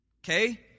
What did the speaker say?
Okay